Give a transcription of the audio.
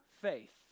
faith